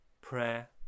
prayer